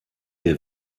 der